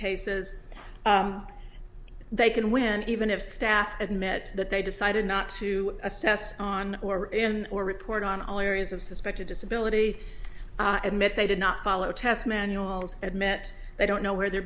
cases they can win even if staff admit that they decided not to assess on or or report on all areas of suspected disability admit they did not follow test manuals admit they don't know where their